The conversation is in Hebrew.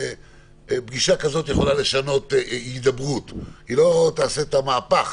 פגישה כזאת יכולה לעשות שינוי בהידברות פגישה זה צעד מבורך,